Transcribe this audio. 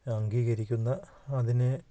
അംഗീകരിക്കുന്ന അതിനെ